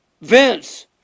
Vince